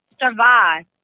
survive